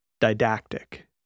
didactic